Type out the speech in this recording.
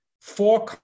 four